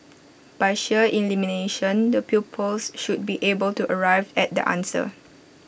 by sheer elimination the pupils should be able to arrive at the answer